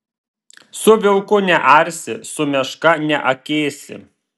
su vilku nearsi su meška neakėsi